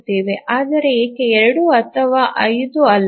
ಆದರೆ ಏಕೆ 2 ಅಥವಾ 5 ಅಲ್ಲ